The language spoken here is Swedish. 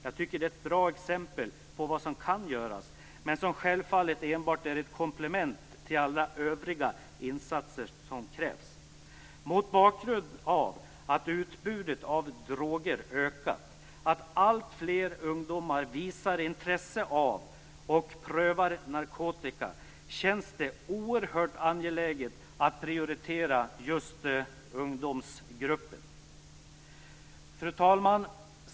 Jag tycker att det är ett bra exempel på vad som kan göras men som självfallet enbart är ett komplement till alla övriga insatser som krävs. Mot bakgrund av att utbudet av droger ökat, att alltfler ungdomar visar intresse för och prövar narkotika känns det oerhört angeläget att prioritera just ungdomsgruppen. Fru talman!